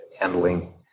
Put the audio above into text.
handling